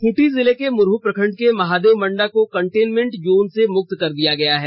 खूंटी जिले के मुरह प्रखंड के महादेव मन्डा को कंटेनमेंट जोन से मुक्त कर दिया गया है